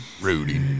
Rudy